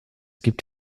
gibt